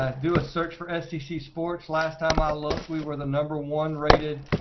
ah do a search for s e c sports last time i look we were the number one rated